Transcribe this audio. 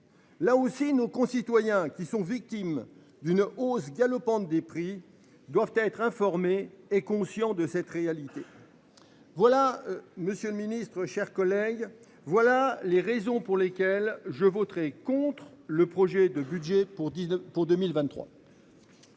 Là aussi nos concitoyens qui sont victimes d'une hausse galopante des prix doivent être informés et conscients de cette réalité. Voilà. Monsieur le Ministre, chers collègues. Voilà les raisons pour lesquelles je voterai contre le projet de budget pour 19